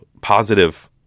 positive